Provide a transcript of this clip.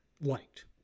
liked